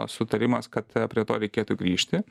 sutarimas kad prie to reikėtų grįžti